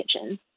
kitchen